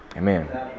Amen